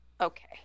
Okay